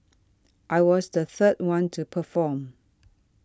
I was the third one to perform